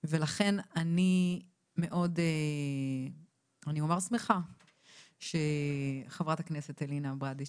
ולכן אני מאוד שמחה שחברת הכנסת אלינה ברדץ'